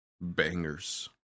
Bangers